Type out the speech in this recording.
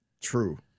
true